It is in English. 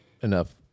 enough